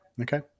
Okay